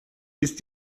ist